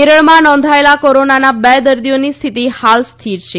કેરળમાં નોંધાયેલા કોરોનાના બે દર્દીઓની સ્થિત હાલ સ્થિર છે